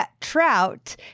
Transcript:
Trout